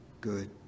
good